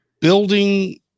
Building